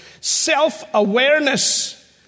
self-awareness